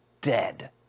dead